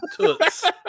toots